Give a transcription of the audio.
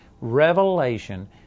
revelation